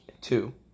Two